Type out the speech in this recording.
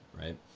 right